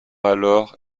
alors